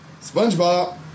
SpongeBob